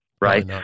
Right